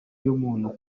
y’umuntu